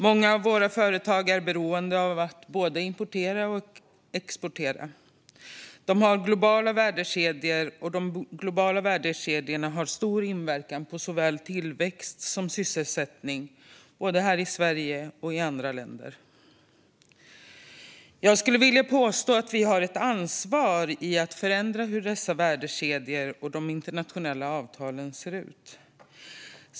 Många av våra företag är beroende av att både importera och exportera. De har globala värdekedjor, och de globala värdekedjorna har stor inverkan på såväl tillväxt som sysselsättning både här i Sverige och i andra länder. Jag skulle vilja påstå att vi har ett ansvar för att förändra hur dessa värdekedjor och de internationella avtalen ser ut.